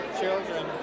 children